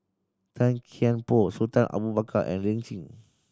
Tan Kian Por Sultan Abu Bakar and Lin Chen